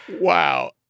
Wow